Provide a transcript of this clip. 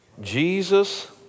Jesus